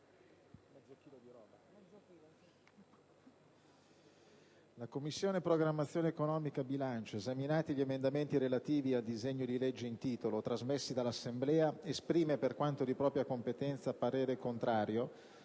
«La Commissione programmazione-economica, bilancio, esaminati gli emendamenti relativi al disegno di legge in titolo, trasmessi dall'Assemblea, esprime, per quanto di propria competenza, in relazione